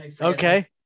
okay